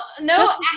no